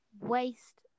waste